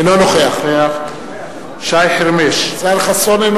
אינו משתתף בהצבעה שי חרמש, אינו